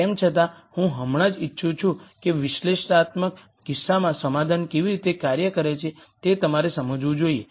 તેમ છતાં હું હમણાં જ ઇચ્છું છું કે વિશ્લેષણાત્મક કિસ્સામાં સમાધાન કેવી રીતે કાર્ય કરે છે તે તમારે સમજવું જોઈએ